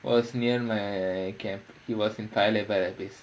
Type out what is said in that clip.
was near my camp it was in paya lebar that place